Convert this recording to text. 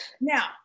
now